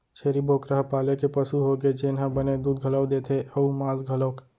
छेरी बोकरा ह पाले के पसु होगे जेन ह बने दूद घलौ देथे अउ मांस घलौक